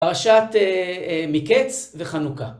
פרשת מקץ וחנוכה.